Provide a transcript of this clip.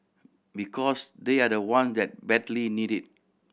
because they are the one that badly need it